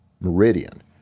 Meridian